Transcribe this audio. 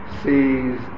sees